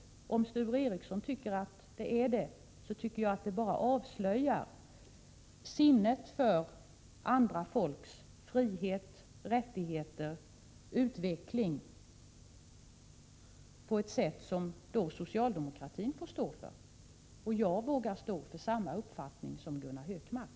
Om Sture Ericson tycker det, avslöjar det bara det sinne för andra folks frihet, rättigheter och utveckling som socialdemokratin i så fall står för. Jag vågar stå för samma uppfattning som Gunnar Hökmark.